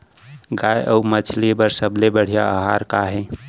गाय अऊ मछली बर सबले बढ़िया आहार का हे?